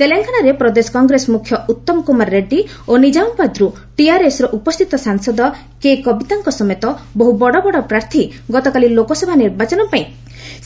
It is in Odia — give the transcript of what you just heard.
ତେଲଙ୍ଗାନାରେ ପ୍ରଦେଶ କଂଗ୍ରେସ ମୁଖ୍ୟ ଉତ୍ତମ କୁମାର ରେଡ଼ୁୀ ଓ ନିଜାମାବାଦ୍ରୁ ଟିଆର୍ଏସ୍ର ଉପସ୍ଥିତ ସାଂସଦ କେ କବିତାଙ୍କ ସମେତ ବହ ବଡ଼ ବଡ଼ ପ୍ରାର୍ଥୀ ଗତକାଲି ଲୋକସଭା ନିର୍ବାଚନପାଇଁ